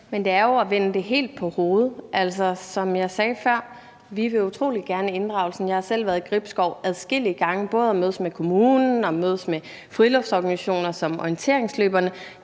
Men det er jo at vende det helt på hovedet. Som jeg sagde før, vil vi utrolig gerne inddragelsen. Jeg har selv været i Gribskov adskillige gange, både for at mødes med kommunen og med friluftsorganisationer, f.eks. orienteringsløberne.